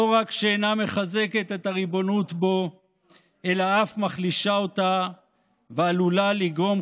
לא רק שאינה מחזקת את הריבונות בו אלא אף מחלישה אותה ועלולה לגרום,